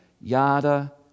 yada